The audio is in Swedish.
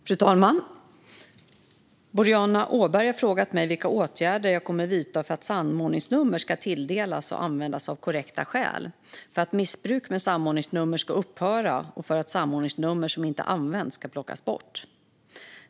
Fru talman! Boriana Åberg har frågat mig vilka åtgärder jag kommer att vidta för att samordningsnummer ska tilldelas och användas av korrekta skäl, för att missbruk med samordningsnummer ska upphöra och för att samordningsnummer som inte används ska plockas bort.